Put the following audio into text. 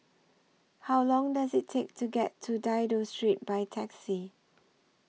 How Long Does IT Take to get to Dido Street By Taxi